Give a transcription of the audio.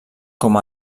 com